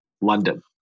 London